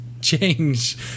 change